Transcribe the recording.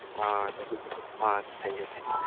ah thank you thank you ah thank you thank U